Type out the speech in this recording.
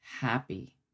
happy